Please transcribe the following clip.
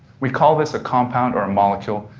we call this a compound or a molecule,